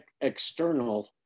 external